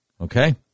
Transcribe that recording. Okay